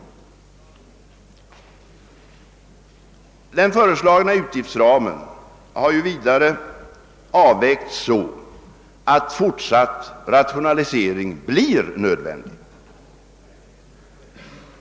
Den föreslagna utgiftsramen har dessutom avvägts så, att fortsatt rationalisering blir nödvändig.